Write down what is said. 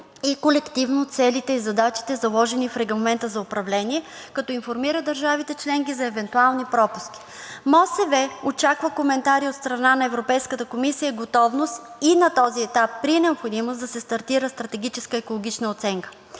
и колективно целите и задачите, заложени в Регламента за управление, като информира държавите членки за евентуални пропуски. Министерството на околната среда и водите очаква коментари от страна на Европейската комисия и има готовност на този етап при необходимост да се стартира стратегическа екологична оценка.